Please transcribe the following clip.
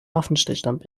waffenstillstand